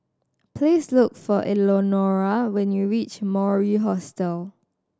please look for Elenora when you reach Mori Hostel